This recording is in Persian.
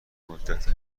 مدتی